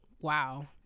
Wow